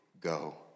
go